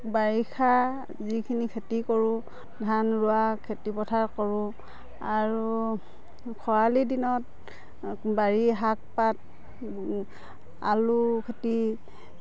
বাৰিষা যিখিনি খেতি কৰোঁ ধান ৰোৱা খেতি পথাৰ কৰোঁ আৰু খৰালি দিনত বাৰীৰ শাক পাত আলু খেতি